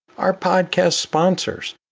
our podcast sponsors,